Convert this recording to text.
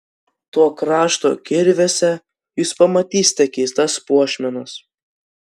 to krašto kirviuose jūs pamatysite keistas puošmenas